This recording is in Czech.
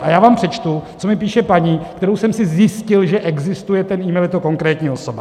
A já vám přečtu, co mi píše paní, kterou jsem si zjistil, že existuje, ten email, je to konkrétní osoba.